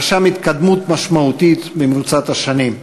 רשם התקדמות משמעותית במרוצת השנים,